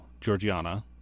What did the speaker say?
Georgiana